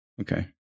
Okay